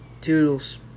Toodles